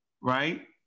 right